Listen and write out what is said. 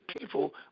people